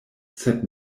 sed